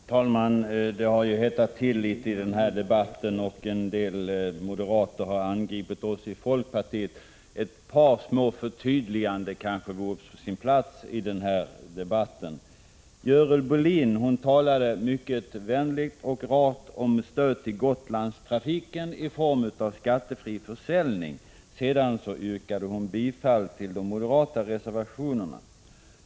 Herr talman! Det har hettat till litet i den här debatten, och en del moderater har angripit oss i folkpartiet. Ett par små förtydliganden kanske vore på sin plats. Görel Bohlin talade mycket vänligt och rart om stöd till Gotlandstrafiken i form av skattefri försäljning. Sedan yrkade hon bifall till de moderata reservationerna.